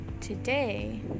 today